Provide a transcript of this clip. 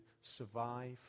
survive